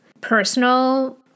personal